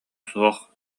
суох